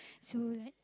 so right